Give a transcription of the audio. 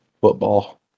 football